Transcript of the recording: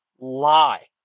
lie